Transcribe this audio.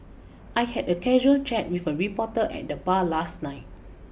I had a casual chat with a reporter at the bar last night